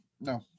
No